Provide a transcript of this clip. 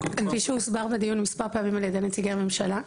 כפי שהוסבר בדיון מספר פעמים על ידי נציגי הממשלה,